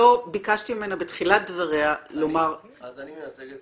טעות שלא ביקשתי ממנה בתחילת דבריה לומר --- אז אני מייצג את